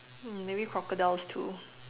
hmm maybe crocodiles too